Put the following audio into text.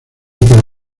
para